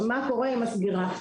מה קורה עם הסגירה.